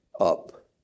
up